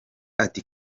ati